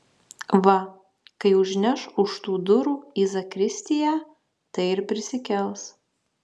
va kai užneš už tų durų į zakristiją tai ir prisikels